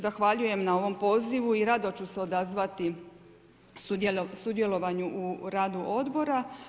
Zahvaljujem na ovom pozivu i rado ću se odazvati sudjelovanju u radu odbora.